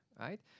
right